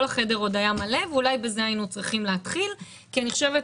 החדר עוד היה מלא ואולי בזה היינו צריכים להתחיל כי אני חושבת